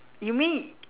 you mean